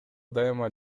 дайыма